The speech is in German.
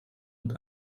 und